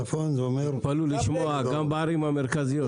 תתפלאו לשמוע שגם בערים המרכזיות יש.